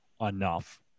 enough